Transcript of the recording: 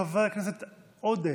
חבר הכנסת עודה,